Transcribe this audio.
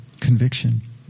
conviction